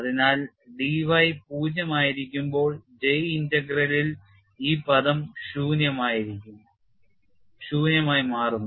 അതിനാൽ dy 0 ആയിരിക്കുമ്പോൾ J ഇന്റഗ്രലിൽ ഈ പദം 0 ആയി മാറുന്നു